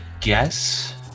guess